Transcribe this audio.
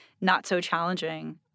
not-so-challenging